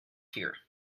here